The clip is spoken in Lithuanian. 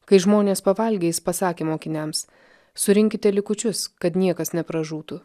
kai žmonės pavalgė jis pasakė mokiniams surinkite likučius kad niekas nepražūtų